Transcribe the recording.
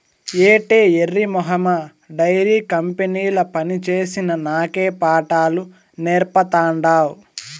ఏటే ఎర్రి మొహమా డైరీ కంపెనీల పనిచేసిన నాకే పాఠాలు నేర్పతాండావ్